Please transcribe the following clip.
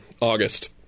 August